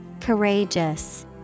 Courageous